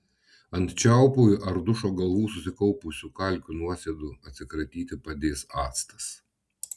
ant čiaupų ar dušo galvų susikaupusių kalkių nuosėdų atsikratyti padės actas